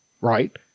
right